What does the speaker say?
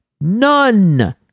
None